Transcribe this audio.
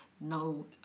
no